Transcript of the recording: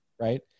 Right